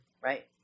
right